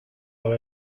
war